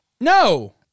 No